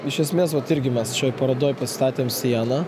iš esmės vat irgi mes šioj parodoj pastatėm sieną